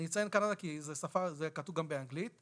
אני אציין בקנדה כי זה כתוב גם באנגלית,